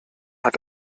hat